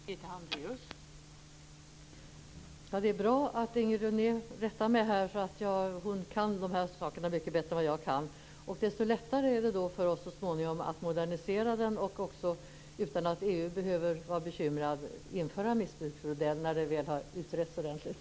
Fru talman! Det är bra att Inger René rättar mig. Hon kan de här sakerna mycket bättre än jag kan. Desto lättare blir det för oss att så småningom modernisera lagen utan att bekymra EU och införa missbruksmodellen när detta väl har utretts ordentligt.